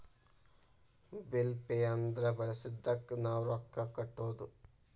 bill pay ಅಂದ್ರ ಬಳಸಿದ್ದಕ್ಕ್ ನಾವ್ ರೊಕ್ಕಾ ಕಟ್ಟೋದು